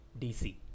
dc